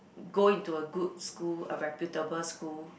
go into a good school a reputable school